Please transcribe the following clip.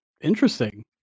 Interesting